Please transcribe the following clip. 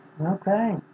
Okay